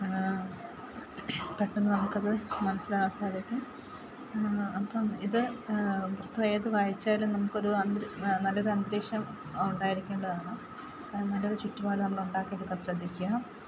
പെട്ടെന്ന് നമുക്കത് മനസ്സിലാവാൻ സാധിക്കും അപ്പോള് ഇത് പുസ്തകമേതു വായിച്ചാലും നമുക്കൊരു നല്ലൊരു അന്തരീക്ഷം ഉണ്ടായിരിക്കേണ്ടതാണ് നല്ലൊരു ചുറ്റുപാട് നമ്മള് ഉണ്ടാക്കിയെടുക്കാൻ ശ്രദ്ധിക്കുക